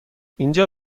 اینجا